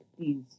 please